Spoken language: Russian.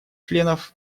членов